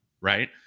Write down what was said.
right